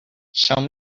show